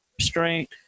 restraint